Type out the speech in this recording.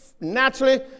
naturally